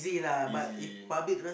easy